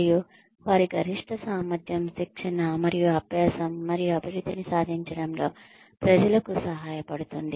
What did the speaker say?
మరియు వారి గరిష్ట సామర్థ్యం శిక్షణ మరియు అభ్యాసం మరియు అభివృద్ధిని సాధించడంలో ప్రజలకు సహాయపడుతుంది